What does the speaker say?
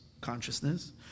consciousness